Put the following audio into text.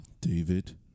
David